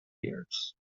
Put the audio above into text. years